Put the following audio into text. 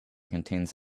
contains